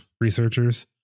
researchers